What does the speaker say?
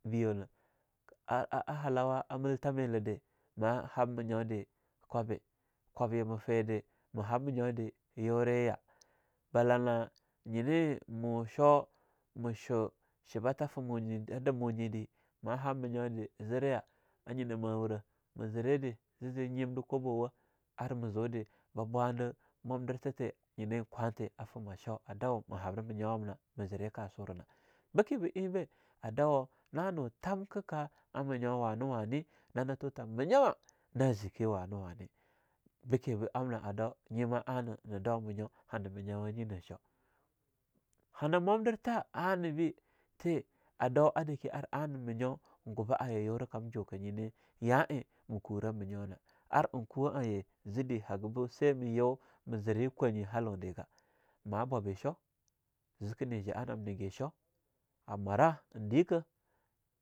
A hallawa muthamela dah mah hab minyode kwabe, kwabya ma feede ma hab minyo de yureyah, balah na nyine mo shoo ma shwa shibathah fimunyi a dimu nyidah, ma hab minyo de zire nyinah mawura, ma zire de nyimde kwabowah ar ma zude ba bwanda mumdir thatee nyine kwanthee a fimah mo shoo a dawum ma hab minyau wamna ma zere kasurah nah. Beke be eing bah a dau nah nu thamka a minyau wane-wane, nane tu ta minyawa naziki wane-wane bike bah amna a dau nyima anah na dau minyawa hana nyinah shoo. Hana momdirtha anah be tee a dou ar a dake ar ana minyo eing gubah aye ayura kam juka, nyinah ya eing ma kurah minyona, ar eing kwa a eing ye zede habu sai ma yu mah zere kwahnyi halaun dega. Mah bwabi shoo, ziki nija'a nam nigi shoo, a mwara ein dikah.